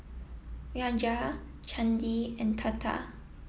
Raja Chandi and Tata